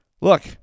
look